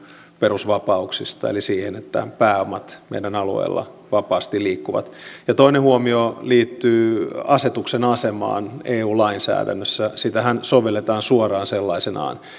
perusvapauksista eli siihen että pääomat meidän alueellamme vapaasti liikkuvat toinen huomio liittyy asetuksen asemaan eu lainsäädännössä sitähän sovelletaan sellaisenaan suoraan